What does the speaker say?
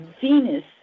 Venus